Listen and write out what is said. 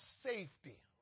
safety